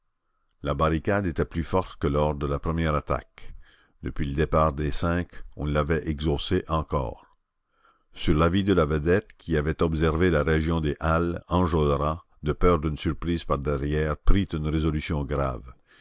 la barricade était plus forte que lors de la première attaque depuis le départ des cinq on l'avait exhaussée encore sur l'avis de la vedette qui avait observé la région des halles enjolras de peur d'une surprise par derrière prit une résolution grave